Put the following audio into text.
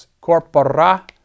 corpora